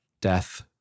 death